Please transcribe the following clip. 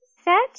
set